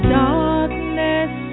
darkness